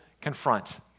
confront